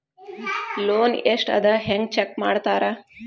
loan ಎಷ್ಟ್ ಅದ ಹೆಂಗ್ ಚೆಕ್ ಮಾಡ್ತಾರಾ